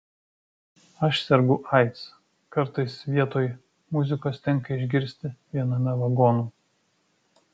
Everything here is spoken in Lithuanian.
aš sergu aids kartais vietoj muzikos tenka išgirsti viename vagonų